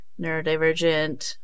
neurodivergent